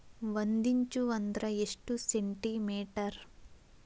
ಒಂದಿಂಚು ಅಂದ್ರ ಎಷ್ಟು ಸೆಂಟಿಮೇಟರ್?